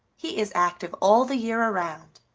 he is active all the year around.